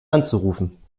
anzurufen